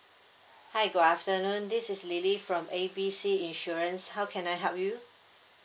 hi good afternoon this is lily from A B C insurance how can I help you